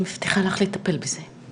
אני מבטיחה לך לטפל בזה.